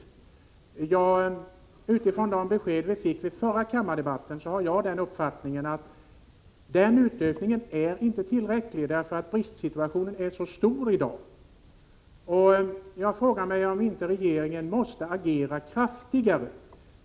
Med hänvisning till de besked vi fick vid den förra kammardebatten har jag den uppfattningen att denna utökning inte är tillräcklig, eftersom bristen i dag är så stor. Jag frågar mig om inte regeringen måste agera mer kraftfullt.